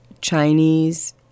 Chinese